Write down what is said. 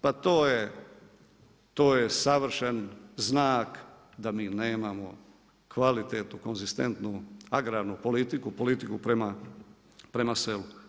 Pa to je, to je savršen znak da mi nemamo kvalitetnu, konzistentnu, agrarnu politiku, politiku prema selu.